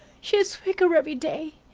she's weaker every day.